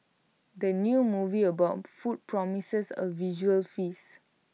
the new movie about food promises A visual feast